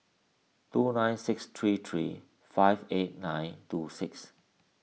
two nine six three three five eight nine two six